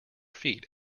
feet